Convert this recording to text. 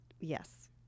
Yes